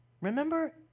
Remember